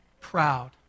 proud